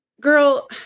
Girl